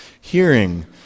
Hearing